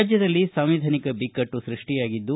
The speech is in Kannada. ರಾಜ್ಯದಲ್ಲಿ ಸಾಂವಿಧಾನಿಕ ಬಿಕ್ಕಟ್ಟು ಸೃಷ್ಟಿಯಾಗಿದ್ದು